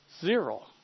zero